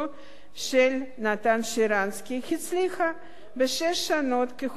של נתן שרנסקי, הצליחה בשש שנות כהונתה